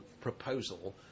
proposal